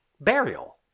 Burial